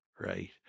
right